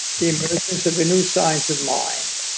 the emergence of a new science of mind.